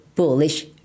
Bullish